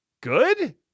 good